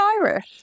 Irish